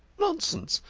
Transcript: nonsense!